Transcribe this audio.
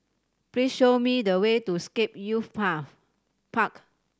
please show me the way to Scape Youth Path Park